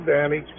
Danny